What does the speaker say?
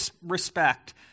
respect